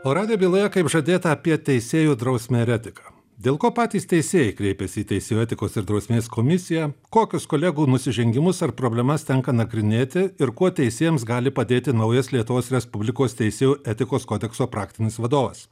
o radijo byloje kaip žadėta apie teisėjų drausmę ir etiką dėl ko patys teisėjai kreipiasi į teisėjų etikos ir drausmės komisiją kokius kolegų nusižengimus ar problemas tenka nagrinėti ir kuo teisėjams gali padėti naujas lietuvos respublikos teisėjų etikos kodekso praktinis vadovas